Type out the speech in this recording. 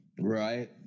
Right